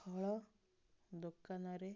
ଫଳ ଦୋକାନରେ